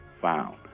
found